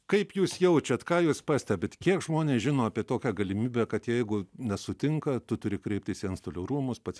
kaip jūs jaučiat ką jūs pastebit kiek žmonės žino apie tokią galimybę kad jeigu nesutinka tu turi kreiptis į antstolių rūmus pats